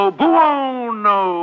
buono